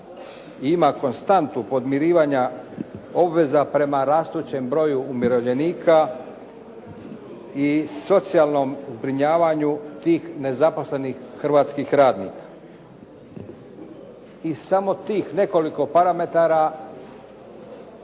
ima konstantu podmirivanja obveza prema rastućem broju umirovljenika i socijalnom zbrinjavanju tih nezaposlenih socijalnih radnika. Iz samo tih nekoliko parametara